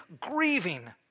grieving